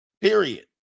period